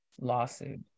lawsuit